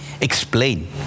explain